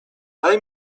daj